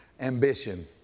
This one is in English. ambition